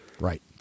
Right